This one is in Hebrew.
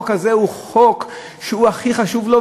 שהחוק הזה הוא החוק שהכי חשוב לה,